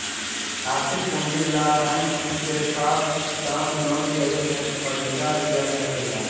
आर्थिक पूंजी ला बैंक से शॉर्ट टर्म लोन के रूप में पयिसा लिया सकेला